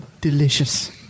delicious